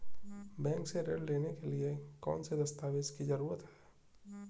Bank से ऋण लेने के लिए कौन से दस्तावेज की जरूरत है?